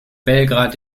belgrad